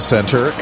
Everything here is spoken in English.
Center